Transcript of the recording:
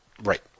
Right